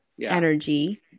energy